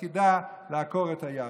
שתפקידה לעקור את היהדות.